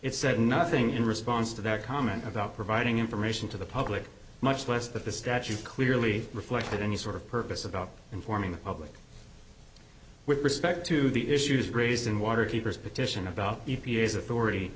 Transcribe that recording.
it said nothing in response to that comment about providing information to the public much less that the statute clearly reflected any sort of purpose about informing the public with respect to the issues raised in water keepers petition about e p a s authority